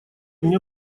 мне